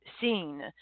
seen